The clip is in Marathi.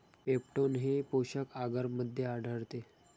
पेप्टोन हे पोषक आगरमध्ये आढळते